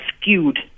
skewed